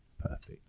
Perfect